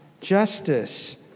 justice